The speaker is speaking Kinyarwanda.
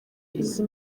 izi